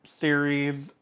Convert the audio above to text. series